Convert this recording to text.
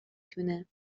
تونه